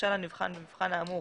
נכשל הנבחן במבחן האמור